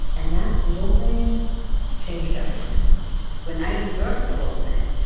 and that little thing changed everything when i reversed the whole thing,